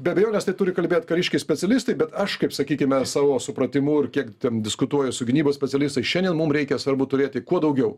be abejonės tai turi kalbėt kariškiai specialistai bet aš kaip sakykime savo supratimu ir kiek ten diskutuoju su gynybos specialistais šiandien mum reikia svarbu turėti kuo daugiau